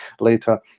later